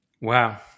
Wow